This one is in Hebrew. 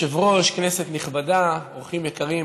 היושב-ראש, כנסת נכבדה, אורחים יקרים,